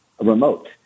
remote